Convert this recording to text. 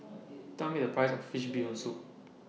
Tell Me The Price of Fish Bee Hoon Soup